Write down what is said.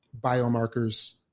biomarkers